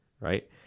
right